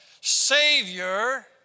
Savior